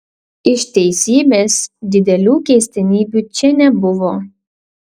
iš teisybės didelių keistenybių čia nebuvo